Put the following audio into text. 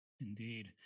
Indeed